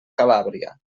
calàbria